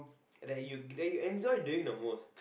that you that you enjoy doing the most